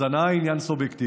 אז הנאה היא עניין סובייקטיבי,